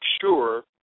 sure